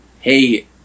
Hey